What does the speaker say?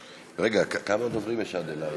רגע, כמה דוברים יש עד אלי?